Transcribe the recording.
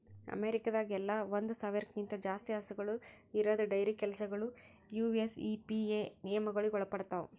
ಅಮೇರಿಕಾದಾಗ್ ಎಲ್ಲ ಒಂದ್ ಸಾವಿರ್ಕ್ಕಿಂತ ಜಾಸ್ತಿ ಹಸುಗೂಳ್ ಇರದ್ ಡೈರಿ ಕೆಲಸಗೊಳ್ ಯು.ಎಸ್.ಇ.ಪಿ.ಎ ನಿಯಮಗೊಳಿಗ್ ಒಳಪಡ್ತಾವ್